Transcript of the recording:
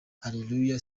hallelujah